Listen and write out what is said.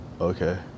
Okay